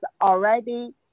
already